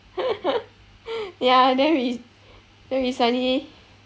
ya then we then we suddenly